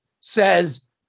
says